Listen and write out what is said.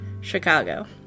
Chicago